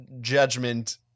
judgment